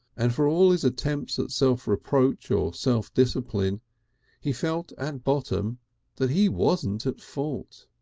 and for all his attempts at self-reproach or self-discipline he felt at bottom that he wasn't at fault.